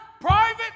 private